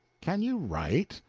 can you write?